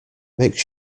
make